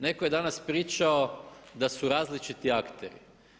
Netko je danas pričao da su različiti akteri.